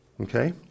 Okay